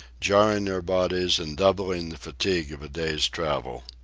jarring their bodies and doubling the fatigue of a day's travel.